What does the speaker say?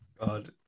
God